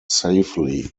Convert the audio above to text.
safely